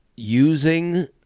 using